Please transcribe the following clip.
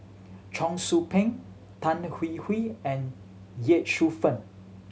Cheong Soo Pieng Tan Hwee Hwee and Ye Shufang